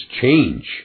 change